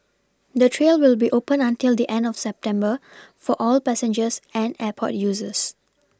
the trail will be open until the end of September for all passengers and airport users